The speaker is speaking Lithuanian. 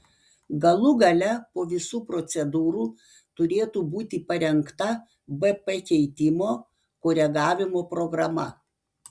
galų gale po visų procedūrų turėtų būti parengta bp keitimo koregavimo programa